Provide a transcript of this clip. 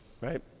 right